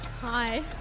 Hi